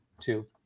two